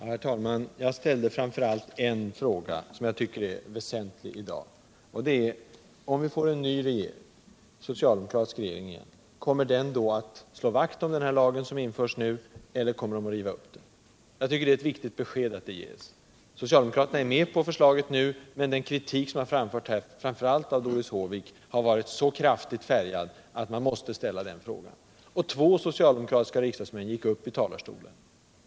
Herr talman! Jag ställde framför allt en fråga som jag tycker är väsentlig i dag: Om vi får en socialdemokratisk regering igen, kommer den då att slå vakt om den lag som nu införs, eller kommer den att riva upp lagen? Jag tycker att det är viktigt att vi får ett besked om den saken. Socialdemokraterna är med på förslaget nu, men den kritik som framförts här, framför allt av Doris Håvik, har varit så kraftig att man måste ställa frågan. Två socialdemokratiska riksdagsmän har varit uppe i talarstolen.